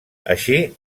així